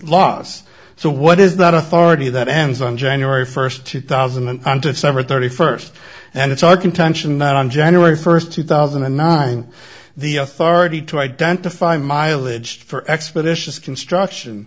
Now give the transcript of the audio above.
loss so what is not authority that ends on january first two thousand and seven thirty first and it's our contention that on january first two thousand and nine the authority to identify mileage for expeditious construction